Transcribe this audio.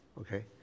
okay